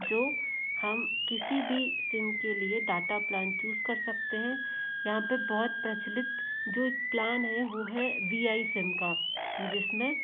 जो हम किसी भी सिम के लिए डाटा प्लान चूस कर सकते हैं यहाँ पर बहुत प्रचलित जो एक प्लान है वो है वी आई सिम का जिस में